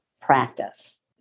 practice